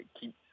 keep